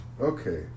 Okay